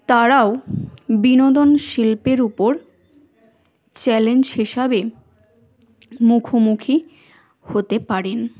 তারাও বিনোদন শিল্পের উপর চ্যালেঞ্জ হিসাবে মুখোমুখি হতে পারেন